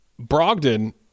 brogdon